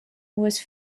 was